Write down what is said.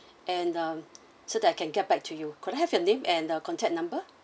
and um so that I can get back to you could I have your name and the contact number